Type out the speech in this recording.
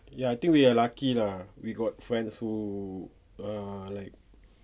ya I think we are lucky lah we got friends who are like